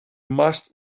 must